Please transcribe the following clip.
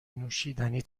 نوشیدنی